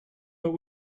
but